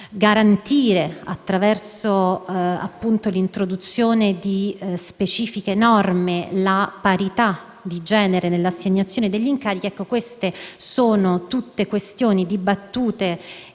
garantire, attraverso l'introduzione di specifiche norme, la parità di genere nell'assegnazione degli incarichi. Queste sono tutte questioni discusse